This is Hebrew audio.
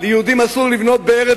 ליהודים אסור לבנות בירושלים,